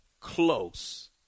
Close